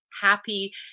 happy